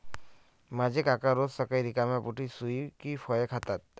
माझे काका रोज सकाळी रिकाम्या पोटी सुकी फळे खातात